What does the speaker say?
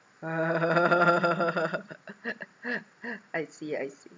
I see I see